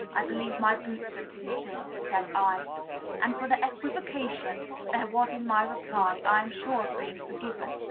i believe my boots are too thin, said i and for the equivocation there was in my reply i am sure of being forgiven.